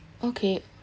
okay